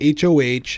HOH